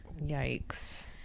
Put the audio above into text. Yikes